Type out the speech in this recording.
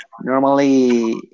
Normally